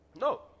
No